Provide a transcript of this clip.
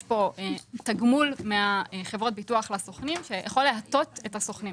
יש כאן תגמול מחברות הביטוח לסוכנים שיכול להטות את הסוכנים.